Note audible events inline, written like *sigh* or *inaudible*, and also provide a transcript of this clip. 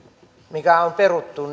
mikä on peruttu *unintelligible*